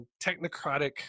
technocratic